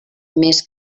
més